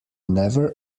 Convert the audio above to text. never